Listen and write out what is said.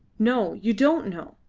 no! you don't know.